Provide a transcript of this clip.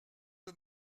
que